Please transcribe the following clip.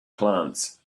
plants